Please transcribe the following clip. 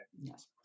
Yes